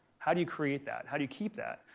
how do you create that? how do you keep that?